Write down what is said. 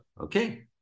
Okay